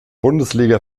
bundesliga